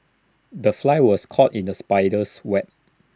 the fly was caught in the spider's web